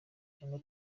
cyangwa